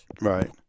right